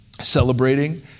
celebrating